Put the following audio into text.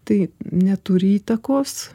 tai neturi įtakos